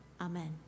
Amen